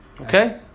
Okay